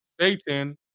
Satan